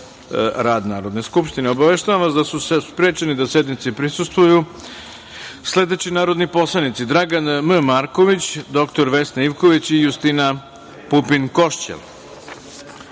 rad Narodne skupštine. Obaveštavam vas da su sprečeni da sednici prisustvuju sledeći narodni poslanici: Dragan M. Marković, dr Vesna Ivković i Justina Pupin